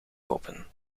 kopen